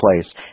place